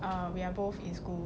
um we are both in school